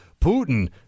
Putin